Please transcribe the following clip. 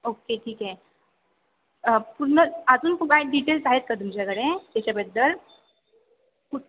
okay ठीक आहे पूर्ण अजून काय डिटेल्स आहेत का तुमच्याकडे त्याच्याबद्दल कुठं